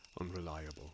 Unreliable